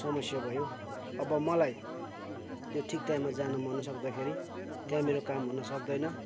समस्या भयो अब मलाई त्यो ठिक टाइममा जानु म नसक्दाखेरि त्यहाँ मेरो काम हुनु सक्दैन